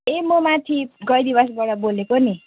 ए म माथि गैरीबाँसबाट बोलेको नि